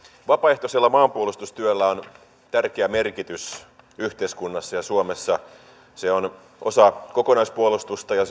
vapaaehtoisella maanpuolustustyöllä on tärkeä merkitys yhteiskunnassa ja suomessa se on osa kokonaispuo lustusta ja